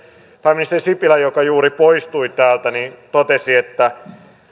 pääministeri sipilä joka juuri poistui täältä totesi että